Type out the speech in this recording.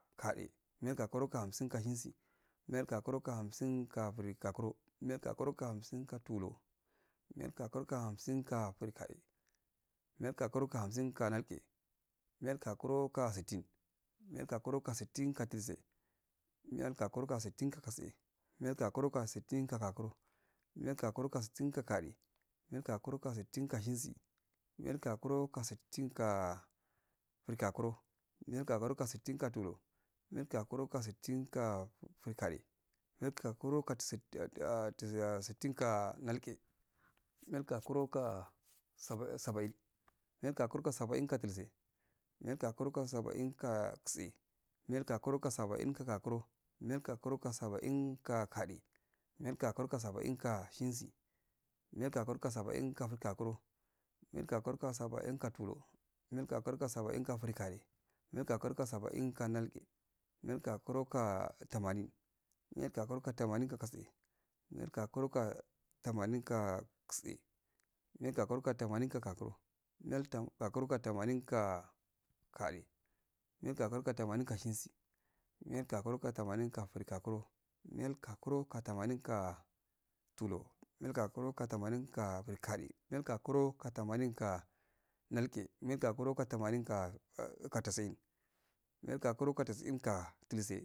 Kade, miya gakuro gi ka harsin ka shensi, miyal gakuro gi ka hamsin ka frikuro, miyal gakuro gi ka hansim ka tuluninyal gakuro gi ka hamsin ka frigade, miyal gakuro ki ka hamsin ka nalge, miyal gakuro ki ka sittin, miyal gakurogi ka sittin ka dultse miyal gakuro kika sittin ka tse, miyal gakuro ki ka sittin ka gakuro, miyal gakuro ki ka sittin ka gude, miyal gakuro ki ka sittin ka shensi, miyal gakuro kika sittin ka, friga kuro, niyal gukuro ki ka stiin ka tulur. Miyal gakuro ki ka sittin ka frigade miyal gakuro kika sittin ka nalge, migal ga kuro ki ka saba'in miyal gekuki ka sabəin dultse, miya gakuro kike sabain ka tse, miyal gakuru kika sabəin ka gakuro miyal gakuro kika saba'in ka gade, miyal gakuroki kasaba'in ka shensi, miyal gakuro kika suba'in ka frigakuro miyal gaskuro kika saba'in ka tulur, miyal gakuroki ka sana'in ka frigade, miyal gakurogi ka sabəin ka nalge, miyal gakure ki ka tamanin miyal gakoroki ka tamami ka dulse, miyal gakuroki ka tamanin ka tse, miyal gakuroki ka gakuro, miyal gakuro kika tamanin ka gade, miyal gakuro ki ka tamanin ka shesi miyal gakuro kika tamanin ka frigakurol miyal gakuro ki ka tamanin ka tulur, miyal gakuni ki ka tamanin ka frigade miyal yakuro kika nalge miyal gakuro kika. ka tisi in miyal gakuro ko ka tiosin dultse